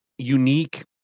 Unique